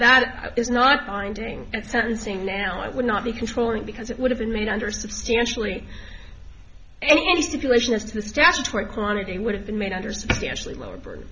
that is not binding and sentencing now i would not be controlling because it would have been made under substantially any stipulation as to the statutory quantity would have been made under substantially lower burd